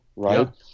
Right